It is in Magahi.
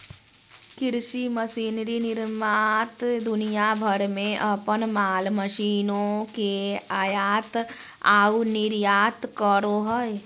कृषि मशीनरी निर्माता दुनिया भर में अपन माल मशीनों के आयात आऊ निर्यात करो हइ